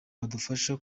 badufasha